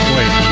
Wait